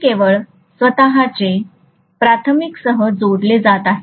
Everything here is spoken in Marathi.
हे केवळ स्वतचे प्राथमिकसह जोडले जात आहेत